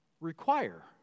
require